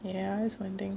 ya that's one thing